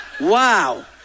wow